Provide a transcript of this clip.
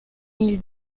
mille